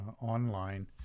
online